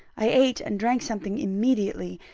i ate and drank something immediately,